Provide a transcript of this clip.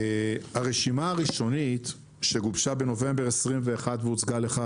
הרשימה הראשונית שגובשה בנובמבר 2021 והוצגה לך,